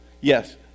Yes